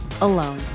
alone